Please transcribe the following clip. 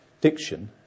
diction